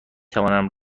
توانم